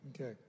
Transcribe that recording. Okay